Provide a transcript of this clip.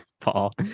Paul